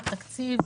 מה התקציב,